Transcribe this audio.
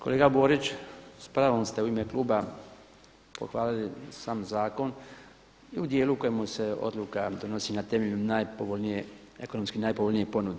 Kolega Borić, s pravom ste u ime kluba pohvalili sam zakon u dijelu u kojemu se odluka donosi na temelju najpovoljnije, ekonomski najpovoljnije ponude.